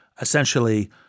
essentially